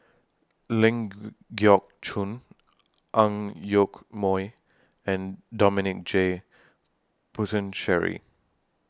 Ling Geok Choon Ang Yoke Mooi and Dominic J Puthucheary